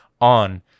on